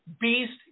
beast